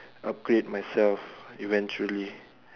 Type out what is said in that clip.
upgrade myself eventually